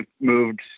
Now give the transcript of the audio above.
moved